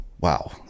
Wow